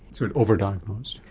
so it over-diagnosed.